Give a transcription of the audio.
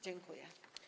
Dziękuję.